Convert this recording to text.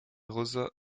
rosa